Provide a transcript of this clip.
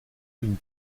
une